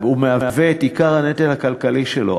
זה מהווה את עיקר הנטל הכלכלי שלו.